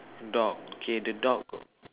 dog okay the dog